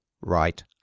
right